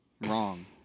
Wrong